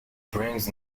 brings